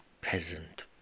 peasant